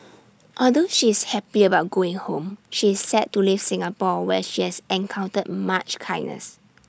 although she is happy about going home she is sad to leave Singapore where she has encountered much kindness